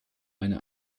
eine